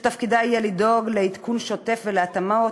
שתפקידה יהיה לדאוג לעדכון שוטף ולהתאמות